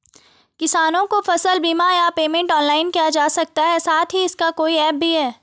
किसानों को फसल बीमा या पेमेंट ऑनलाइन किया जा सकता है साथ ही इसका कोई ऐप भी है?